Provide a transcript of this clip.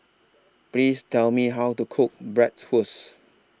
Please Tell Me How to Cook Bratwurst